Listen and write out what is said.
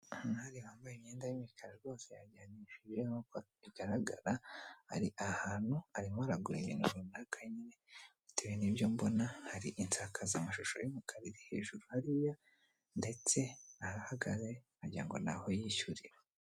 Umwari wambaye imyenda y'imikara rwose yajyanishije nk'uko bigaragara, ari ahantu arimo aragura ibintu runaka nyine, bitewe n'ibyo mbona hari insakazamashusho y'umukara iri hejuru hariya ndetse aho ahagaze wagira ngo ni aho yishyurira.